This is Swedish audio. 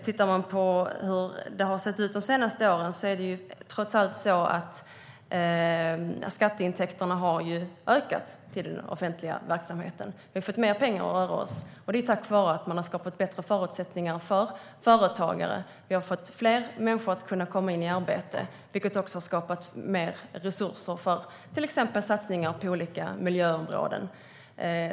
Tittar man på hur det har sett ut de senaste åren har trots allt skatteintäkterna till den offentliga verksamheten ökat. Vi har fått mer pengar att röra oss med. Det är tack vare att man har skapat bättre förutsättningar för företagare. Vi har fått fler människor som kunnat komma in i arbete. Det har skapat mer resurser för till exempel satsningar på olika miljöområden.